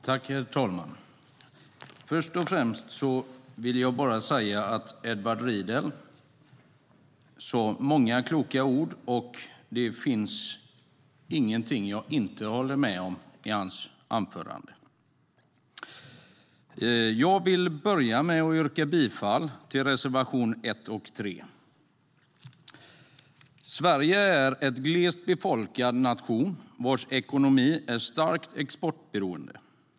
Herr talman! Först och främst vill jag säga att Edward Riedl sa många kloka ord, och det finns inget jag inte håller med om i hans anförande. Sverige är en glest befolkad nation vars ekonomi är starkt exportberoende.